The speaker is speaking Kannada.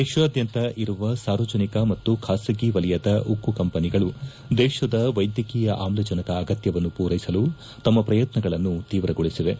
ದೇಶಾದ್ದಂತ ಇರುವ ಸಾರ್ವಜನಿಕ ಮತ್ತು ಖಾಸಗಿ ವಲಯದ ಉಕ್ಕು ಕಂಪನಿಗಳು ದೇಶದ ವೈದ್ಯಕೀಯ ಆಮ್ಲಜನಕ ಅಗತ್ತವನ್ನು ಪೂರೈಸಲು ತಮ್ಮ ಪ್ರಯತ್ನಗಳನ್ನು ತೀವ್ರಗೊಳಿಸಿವೆ